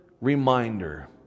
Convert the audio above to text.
reminder